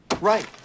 right